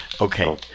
Okay